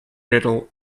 riddle